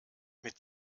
mit